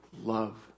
love